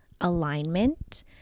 alignment